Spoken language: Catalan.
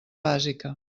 bàsica